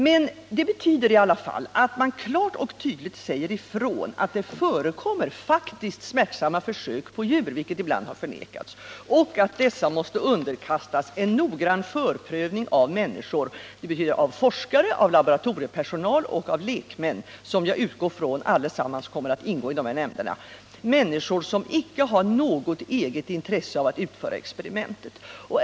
Men det betyder i alla fall att man klart och tydligt säger ifrån att det faktiskt förekommer smärtsamma försök på djur — vilket ibland har förnekats — och att dessa måste underkastas en noggrann förprövning av de forskare, den laboratoriepersonal och de lekmän som jag utgår från kommer att ingå i de etiska nämnderna och som inte har något eget intresse av att utföra experimentet.